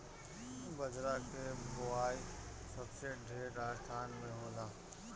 बजरा के बोआई सबसे ढेर राजस्थान में होला